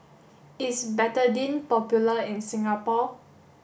is Betadine popular in Singapore